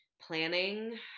planning